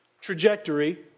trajectory